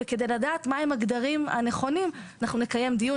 וכדי לדעת מהם הגדרים הנכונים אנחנו נקיים דיון